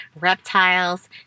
reptiles